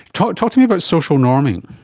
talk talk to me about social norming.